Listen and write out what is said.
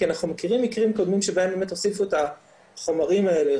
כי אנחנו מכירים מקרים קודמים שבהם באמת הוסיפו את החומרים האלה,